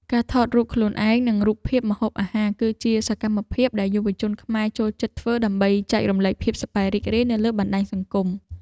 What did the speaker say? ការថតរូបខ្លួនឯង និងរូបភាពម្ហូបអាហារ គឺសកម្មភាពដែលយុវវ័យខ្មែរចូលចិត្តធ្វើដើម្បីចែករំលែកភាពសប្បាយរីករាយនៅលើបណ្តាញសង្គម។